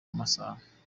masaka